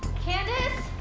candace.